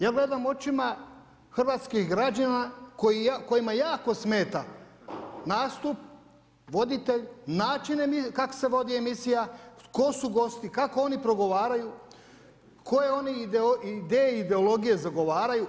Ja gledam očima hrvatskih građana kojima jako smeta nastup, voditelj, način kako se vodi emisija, tko su gosti, kako oni progovaraju, koje oni ideje i ideologije zagovaraju.